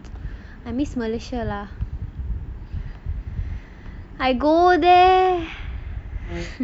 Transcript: I miss malaysia lah